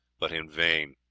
but in vain.